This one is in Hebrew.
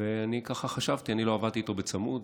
ואני חשבתי, אני לא עבדתי איתו צמוד,